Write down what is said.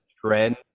trend